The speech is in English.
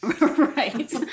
Right